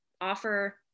offer